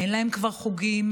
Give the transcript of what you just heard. אין להם כבר חוגים,